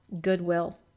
goodwill